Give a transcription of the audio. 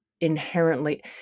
inherently